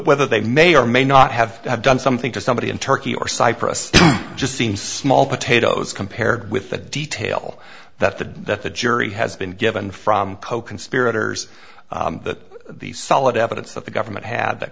weather they may or may not have done something to somebody in turkey or cyprus just seems small potatoes compared with the detail that the that the jury has been given from coconspirators that the solid evidence that the government have that